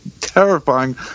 Terrifying